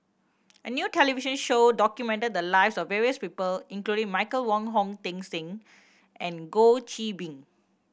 a new television show documented the lives of various people including Michael Wong Hong Teng Sing and Goh Qiu Bin